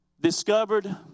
discovered